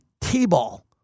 T-ball